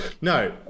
No